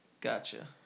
Gotcha